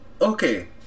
okay